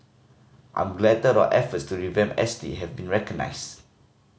I'm glad that our efforts to revamp S T have been recognised